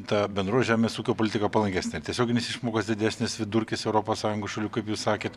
ta bendro žemės ūkio politika palankesnė ir tiesioginės išmokos didesnės vidurkis europos sąjungos šalių kaip jūs sakėt